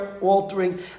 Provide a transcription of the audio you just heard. altering